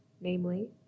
namely